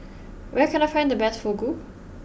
where can I find the best Fugu